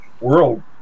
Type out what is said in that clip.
world